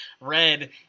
red